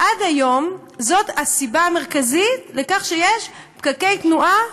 עד היום זאת הסיבה המרכזית לכך שיש פקקי תנועה